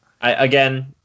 Again